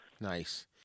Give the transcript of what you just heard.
Nice